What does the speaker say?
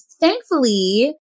thankfully